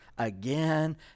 Again